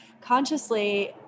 Consciously